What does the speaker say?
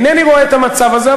אינני רואה את המצב הזה,